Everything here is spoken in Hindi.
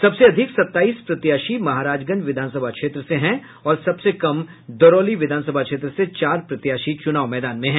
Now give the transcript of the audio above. सबसे अधिक सत्ताईस प्रत्याशी महाराजगंज विधानसभा क्षेत्र से और सबसे कम दरौली विधानसभा क्षेत्र से चार प्रत्याशी चुनाव मैदान में हैं